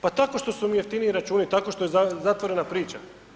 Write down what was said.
Pa tako što su im jeftiniji računi, tako što je zatvorena priča.